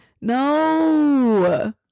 No